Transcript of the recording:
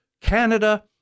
Canada